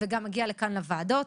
וגם מגיע לכאן לוועדות,